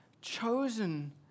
chosen